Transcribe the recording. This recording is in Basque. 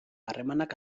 harremanak